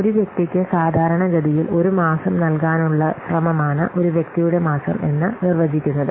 ഒരു വ്യക്തിക്ക് സാധാരണഗതിയിൽ ഒരു മാസം നൽകാനുള്ള ശ്രമമാണ് ഒരു വ്യക്തിയുടെ മാസം എന്ന് നിർവചിക്കുന്നത്